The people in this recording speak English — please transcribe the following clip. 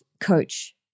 coach